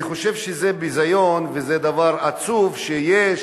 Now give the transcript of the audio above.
אני חושב שזה ביזיון וזה דבר עצוב שיש